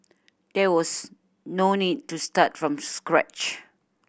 there was no need to start from scratch